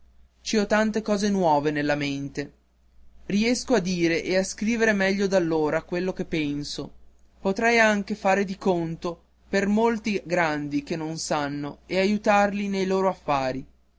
ci ho tante cose nuove nella mente riesco a dire e a scrivere meglio d'allora quello che penso potrei anche fare di conto per molti grandi che non sanno e aiutarli nei loro affari